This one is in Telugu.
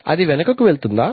అది వెనకకు వెళ్తుందా